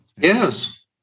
yes